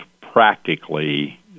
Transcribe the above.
practically